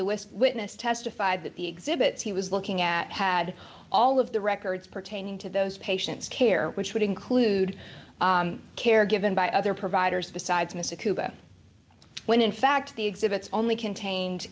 the with witness testified that the exhibits he was looking at had all of the records pertaining to those patients care which would include care given by other providers besides mr cooper when in fact the exhibits only contained